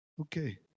Okay